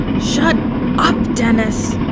shut up, dennis!